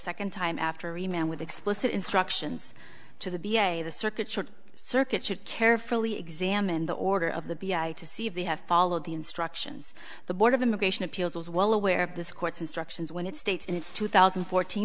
second time after remain with explicit instructions to the b a the circuit short circuit should carefully examine the order of the b i to see if they have followed the instructions the board of immigration appeals was well aware of this court's instructions when it states in its two thousand and fourteen